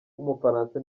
w’umufaransa